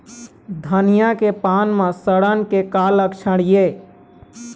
धनिया के पान म सड़न के का लक्षण ये?